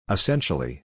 Essentially